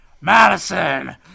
Madison